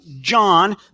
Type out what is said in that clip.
John